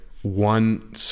One